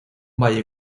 valle